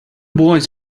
boys